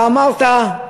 אתה אמרת: